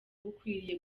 bukwiriye